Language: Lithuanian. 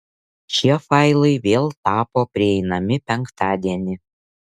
šie failai vėl tapo prieinami penktadienį